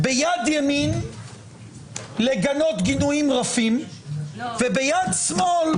ביד ימין לגנות גינויים רפים וביד שמאל,